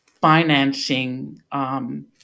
financing